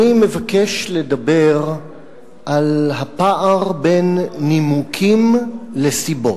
אני מבקש לדבר על הפער בין נימוקים לסיבות,